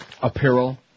apparel